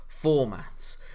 formats